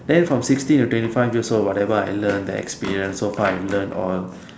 then from sixteen to twenty five years old whatever I learn the experience so far I have learn all